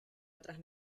otras